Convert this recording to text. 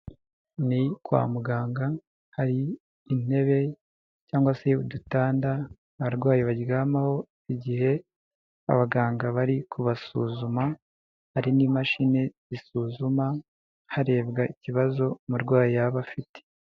Ni kwa muganga, hari intebe cyangwa se udutanda abarwayi baryamaho igihe abaganga bari kubasuzuma, hari n'imashini zisuzuma harebwa ikibazo umurwayi yaba afite.